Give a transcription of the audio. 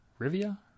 Rivia